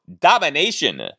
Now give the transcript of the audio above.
domination